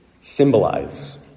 symbolize